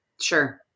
Sure